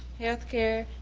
healthcare,